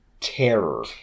Terror